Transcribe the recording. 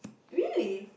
really